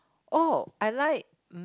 oh I like